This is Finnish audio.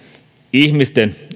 ihmisten